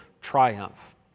triumph